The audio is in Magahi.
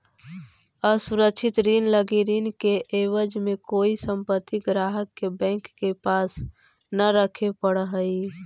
असुरक्षित ऋण लगी ऋण के एवज में कोई संपत्ति ग्राहक के बैंक के पास न रखे पड़ऽ हइ